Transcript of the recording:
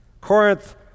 Corinth